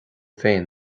féin